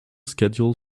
schedule